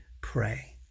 pray